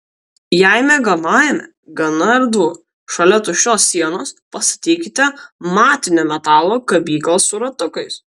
jei miegamajame gana erdvu šalia tuščios sienos pastatykite matinio metalo kabyklą su ratukais